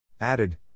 Added